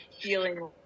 feeling